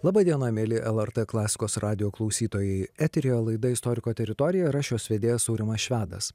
laba diena mieli lrt klasikos radijo klausytojai eteryje laida istoriko teritorija ir aš jos vedėjas aurimas švedas